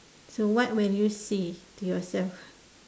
so what will you say to yourself